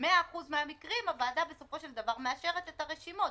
שב-100% מהמקרים הוועדה בסופו של דבר מאשרת את הרשימות,